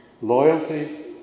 Loyalty